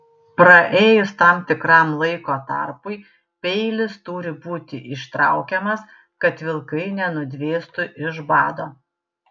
praėjus tam tikram laiko tarpui peilis turi būti ištraukiamas kad vilkai nenudvėstų iš bado